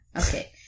Okay